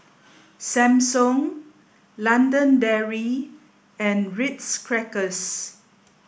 Samsung London Dairy and Ritz Crackers